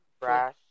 Brass